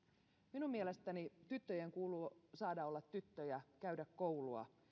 minun mielestäni tyttöjen kuuluu saada olla tyttöjä ja käydä koulua